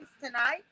tonight